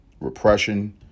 Repression